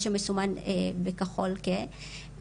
מה שמסומן בכחול כהה,